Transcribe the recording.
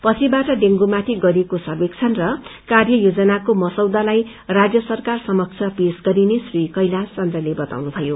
पछिबाट डेंगूमाथि गरिएको सर्वेक्षण र कार्य योजनाको मसौदालाई राज्य सरकार समक्ष पेश्रा गरिने श्री कैलाश चन्द्रले बताउनुथयो